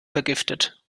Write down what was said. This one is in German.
vergiftet